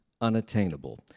unattainable